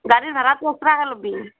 গাডীৰ ভাড়াটো এক্সট্ৰাকে ল'বি